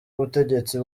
ubutegetsi